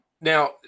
now